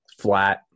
flat